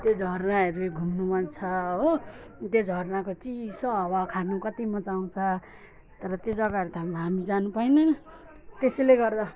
त्यो झरना हेर्ने घुम्ने मन छ हो त्यो झरनाको चिसो हावा खानु कति मजा आउँछ तर त्यो जग्गाहरू त हामी हामी जानु पाइँदैन त्यसैले गर्दा